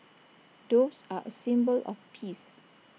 doves are A symbol of peace